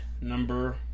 number